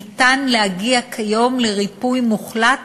ניתן להגיע כיום לריפוי מוחלט